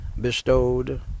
bestowed